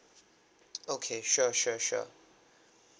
okay sure sure sure